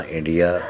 India